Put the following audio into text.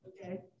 Okay